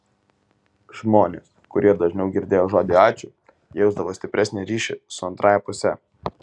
žmonės kurie dažniau girdėjo žodį ačiū jausdavo stipresnį ryšį su antrąja puse